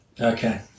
Okay